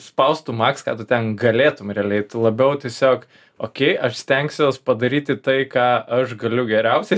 spaustum maks ką tu ten galėtum realiai labiau tiesiog okei aš stengsiuos padaryti tai ką aš galiu geriausiai